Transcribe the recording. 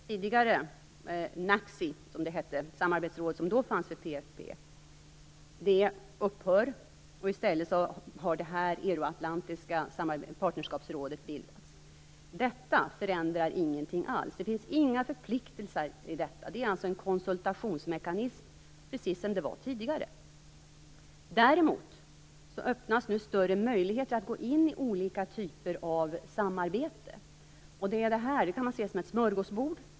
Herr talman! Vad gäller själva rådet handlar det om att NACC, det tidigare samarbetsrådet i PFF, upphör och att i stället det euroatlantiska partnerskapsrådet har bildats. Detta förändrar ingenting alls. Det finns inga förpliktelser i detta. Det är en konsultationsmekanism, precis som det var tidigare. Däremot öppnas nu större möjligheter att gå in i olika typer av samarbete. Detta kan man se som ett smörgåsbord.